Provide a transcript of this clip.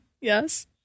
Yes